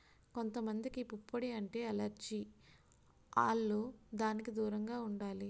కొంత మందికి పుప్పొడి అంటే ఎలెర్జి ఆల్లు దానికి దూరంగా ఉండాలి